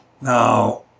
Now